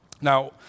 Now